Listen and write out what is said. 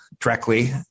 directly